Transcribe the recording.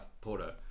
Porto